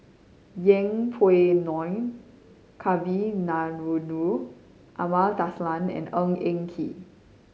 Yeng Pway Ngon Kavignareru Amallathasan and Ng Eng Kee